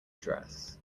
dress